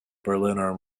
berliner